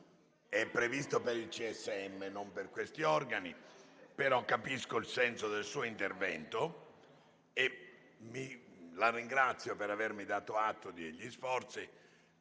è previsto per il CSM e non per tali organi. Capisco però il senso del suo intervento e la ringrazio per avermi dato atto degli sforzi